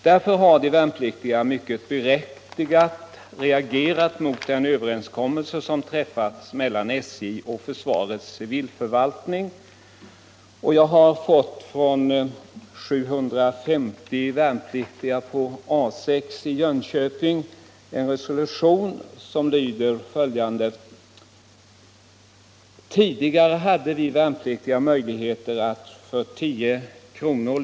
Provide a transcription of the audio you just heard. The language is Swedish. Därför har de värnpliktiga, med all rätt, reagerat mot den överenskommelse som träffats mellan SJ och försvarets civilförvaltning. Jag har från 750 värnpliktiga vid A 6 i Jönköping fått en resolution, som lyder på följande sätt: ”Tidigare hade vi värnpliktiga möjlighet att för 10 kr.